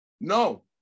No